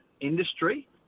industry